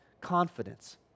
Confidence